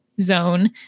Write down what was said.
zone